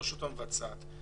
הרשות המבצעת,